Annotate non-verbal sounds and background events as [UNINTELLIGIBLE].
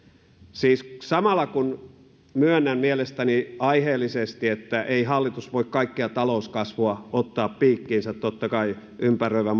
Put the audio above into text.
siis samalla kun myönnän mielestäni aiheellisesti että ei hallitus voi kaikkea talouskasvua ottaa piikkiinsä totta kai ympäröivä [UNINTELLIGIBLE]